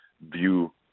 view